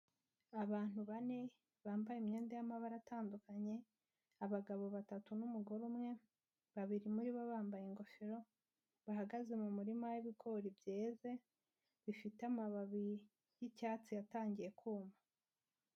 Abantu bane bambaye imyenda y'amabara atandukanye, abagabo batatu n'umugore umwe, babiri muri bo bambaye ingofero. Bahagaze mu murima w'ibigori byeze, bifite amababi y'icyatsi yatangiye kuma.